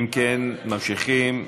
אם כן, ממשיכים.